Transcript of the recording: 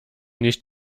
nicht